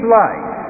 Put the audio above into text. life